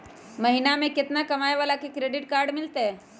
महीना में केतना कमाय वाला के क्रेडिट कार्ड मिलतै?